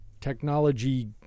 technology